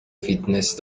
فیتنس